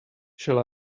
shall